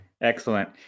Excellent